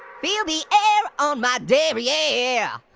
feel the air, on my derriere.